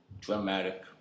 Dramatic